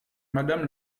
madame